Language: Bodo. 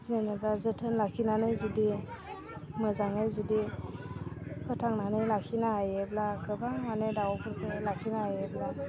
जेनेबा जोथोन लाखिनानै जुदि मोजाङै जुदि फोथांनानै लाखिनो हायोब्ला गोबां माने दाउफोरखौ लाखिनो हायोब्ला